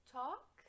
talk